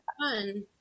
fun